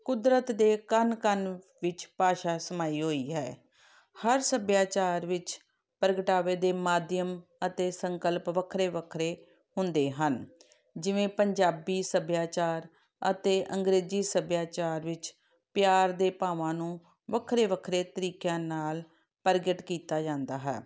ਕੁਦਰਤ ਦੇ ਕਣ ਕਣ ਵਿੱਚ ਭਾਸ਼ਾ ਸਮਾਈ ਹੋਈ ਹੈ ਹਰ ਸੱਭਿਆਚਾਰ ਵਿੱਚ ਪ੍ਰਗਟਾਵੇ ਦੇ ਮਾਧਿਅਮ ਅਤੇ ਸੰਕਲਪ ਵੱਖਰੇ ਵੱਖਰੇ ਹੁੰਦੇ ਹਨ ਜਿਵੇਂ ਪੰਜਾਬੀ ਸੱਭਿਆਚਾਰ ਅਤੇ ਅੰਗਰੇਜ਼ੀ ਸੱਭਿਆਚਾਰ ਵਿੱਚ ਪਿਆਰ ਦੇ ਭਾਵਾਂ ਨੂੰ ਵੱਖਰੇ ਵੱਖਰੇ ਤਰੀਕਿਆਂ ਨਾਲ਼ ਪ੍ਰਗਟ ਕੀਤਾ ਜਾਂਦਾ ਹੈ